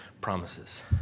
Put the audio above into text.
promises